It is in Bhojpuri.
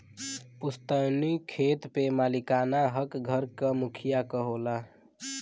पुस्तैनी खेत पे मालिकाना हक घर क मुखिया क होला